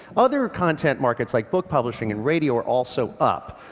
other content markets like book publishing and radio are also up.